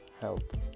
help